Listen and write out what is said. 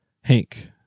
hank